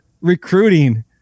recruiting